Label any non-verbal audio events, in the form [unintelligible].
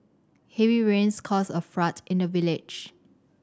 heavy rains caused a [unintelligible] in the village